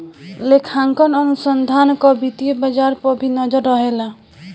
लेखांकन अनुसंधान कअ वित्तीय बाजार पअ भी नजर रहेला